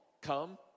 Come